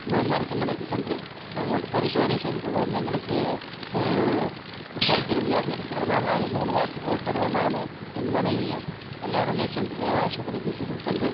மருத்துவமனைக்கு சென்று நாங்கள் வந்து பரிசோதனை செய்து கொள்வோம் எங்களுக்கு சர்க்கரை வியாதி இருக்கறதுனால் நாங்கள் மூணு மாதத்துக்கு ஒரு தடவ நானும் என் மனைவியும் எல்லாருமே சென்று ஆஸ்பத்திரிக்கு சென்று